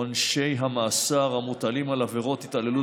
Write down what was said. עונשי המאסר המוטלים על עבירות התעללות